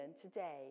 today